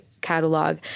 catalog